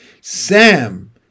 Sam